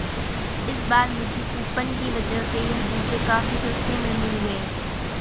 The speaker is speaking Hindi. इस बार मुझे कूपन की वजह से यह जूते काफी सस्ते में मिल गए